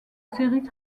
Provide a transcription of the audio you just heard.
séries